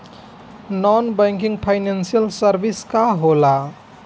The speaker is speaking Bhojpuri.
नॉन बैंकिंग फाइनेंशियल सर्विसेज का होला?